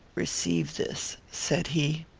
receive this, said he.